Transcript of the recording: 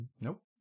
nope